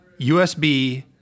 USB